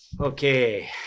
Okay